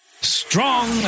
Strong